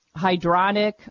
hydronic